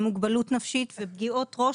עם מוגבלות נפשית ופגיעות ראש